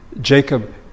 Jacob